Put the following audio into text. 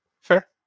Fair